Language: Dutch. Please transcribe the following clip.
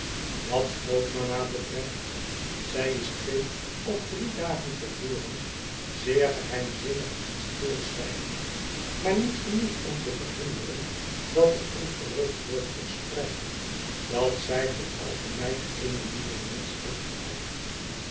wat grootmama betreft zij is twee of drie dagen te voren zeergeheimzinnig en stilzwijgend maar niet genoeg om te verhinderen dat er een gerucht wordt verspreid dat zij voor elke meid eene nieuwe muts heeft gekocht